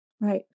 Right